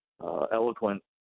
eloquent